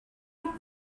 you